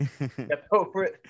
appropriate